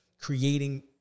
creating